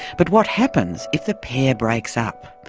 but what happens if the pair breaks up?